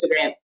Instagram